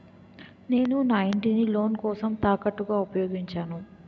నేను నా ఇంటిని లోన్ కోసం తాకట్టుగా ఉపయోగించాను